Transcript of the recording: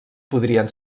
podrien